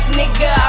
nigga